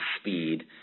speed